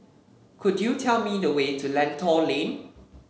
could you tell me the way to Lentor Lane